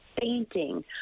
fainting